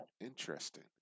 interesting